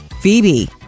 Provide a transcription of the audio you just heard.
Phoebe